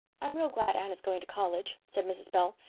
i'm real glad anne is going to college, said mrs. bell.